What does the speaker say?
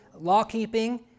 law-keeping